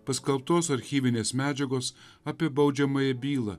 paskelbtos archyvinės medžiagos apie baudžiamąją bylą